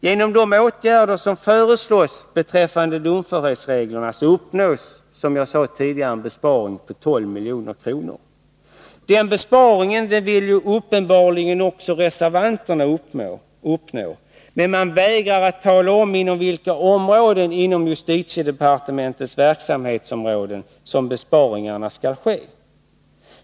Genom de åtgärder som föreslås beträffande domförhetsreglerna uppnås, som jag sade tidigare, en besparing på 12 milj.kr. Den besparingen vill uppenbarligen också reservanterna uppnå, men de vägrar att tala om på vilka avsnitt av justitiedepartementets verksamhetsområden som besparingarna skall ske.